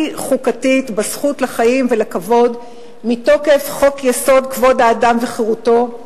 חוקתית בזכות לחיים ולכבוד מתוקף חוק-יסוד: כבוד האדם וחירותו.